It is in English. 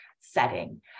setting